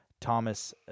Thomas